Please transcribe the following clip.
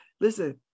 listen